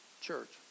church